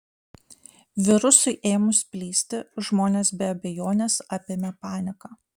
virusui ėmus plisti žmonės be abejonės apėmė panika